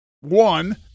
One